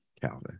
Calvin